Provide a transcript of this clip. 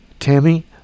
Tammy